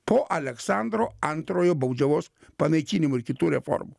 po aleksandro antrojo baudžiavos panaikinimo ir kitų reformų